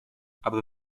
aber